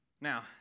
Now